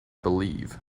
believe